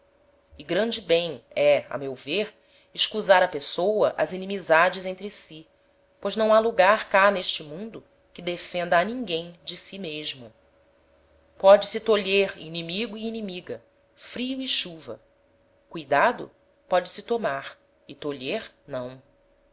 e grande bem é a meu ver excusar a pessoa as inimizades entre si pois não ha lugar cá n'este mundo que defenda a ninguem de si mesmo pode-se tolher inimigo e inimiga frio e chuva cuidado pode-se tomar e tolher não já